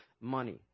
money